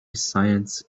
science